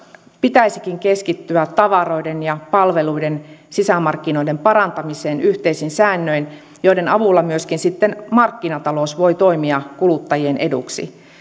pitäisikin keskittyä tavaroiden ja palveluiden sisämarkkinoiden parantamiseen yhteisin säännöin joiden avulla myöskin sitten markkinatalous voi toimia kuluttajien eduksi